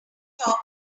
talk